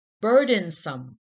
burdensome